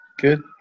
Good